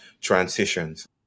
transitions